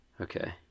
Okay